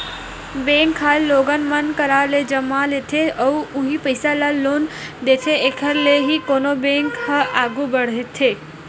bank ह लोगन मन करा ले जमा लेथे अउ उहीं पइसा ल लोन देथे एखर ले ही कोनो बेंक ह आघू बड़थे